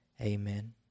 Amen